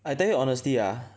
I tell you honestly ah